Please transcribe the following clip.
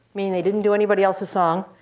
meaning they didn't do anybody else's song,